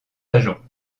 agents